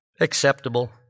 Acceptable